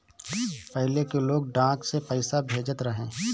पहिले के लोग डाक से पईसा भेजत रहे